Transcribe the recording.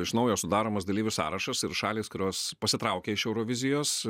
iš naujo sudaromas dalyvių sąrašas ir šalys kurios pasitraukė iš eurovizijos